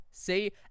See